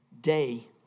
day